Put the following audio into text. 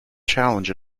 challenge